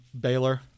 Baylor